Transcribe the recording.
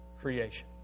creation